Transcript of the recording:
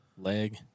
leg